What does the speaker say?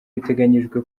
biteganyijwe